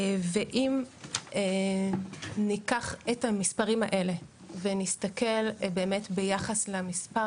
ואם ניקח את המספרים האלה ונסתכל באמת ביחס למספר